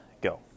go